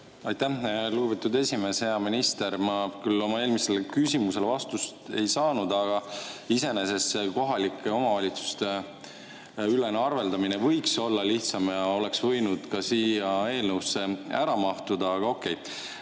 Aitäh, lugupeetud esimees! Hea minister! Ma küll oma eelmisele küsimusele vastust ei saanud, aga iseenesest see kohalike omavalitsuste ülene arveldamine võiks olla lihtsam ja selle oleks võinud ka siia eelnõusse ära mahutada. Aga okei.